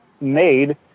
made